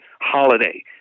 Holiday